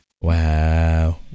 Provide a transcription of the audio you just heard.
Wow